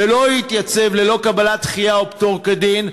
ולא יתייצב ללא קבלת דחייה או פטור כדין,